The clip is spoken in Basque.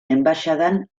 enbaxadan